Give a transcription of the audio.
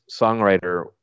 songwriter